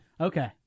Okay